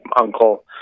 uncle